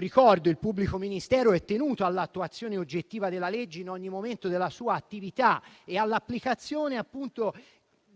ricordo che il pubblico ministero è tenuto all'attuazione oggettiva della legge in ogni momento della sua attività e nell'applicazione